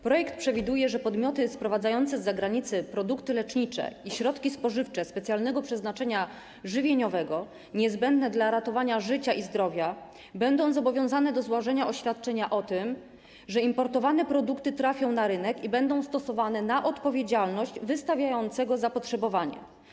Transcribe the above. Projekt przewiduje, że podmioty sprowadzające z zagranicy produkty lecznicze i środki spożywcze specjalnego przeznaczenia żywieniowego niezbędne dla ratowania życia i zdrowia będą zobowiązane do złożenia oświadczenia o tym, że importowane produkty trafią na rynek i będą stosowane na odpowiedzialność wystawiającego zapotrzebowanie.